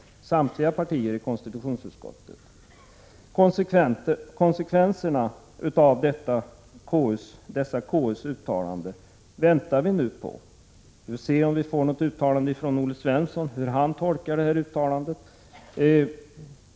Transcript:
Konsekvenserna av konstitutionsutskottets uttalande väntar vi nu på. Vi får se om vi får något uttalande från Olle Svensson om hur han tolkar detta uttalande.